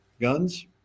guns